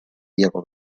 diego